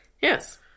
Yes